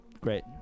Great